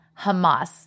Hamas